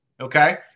Okay